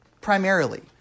primarily